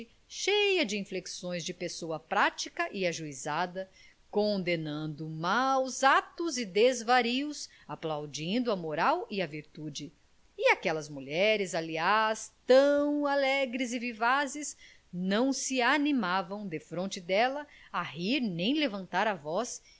cheia de inflexões de pessoa prática e ajuizada condenando maus atos e desvarios aplaudindo a moral e a virtude e aquelas mulheres aliás tão alegres e vivazes não se animavam defronte dela a rir nem levantar a voz